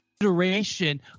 iteration